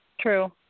True